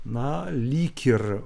na lyg ir